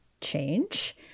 change